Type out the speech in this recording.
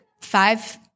five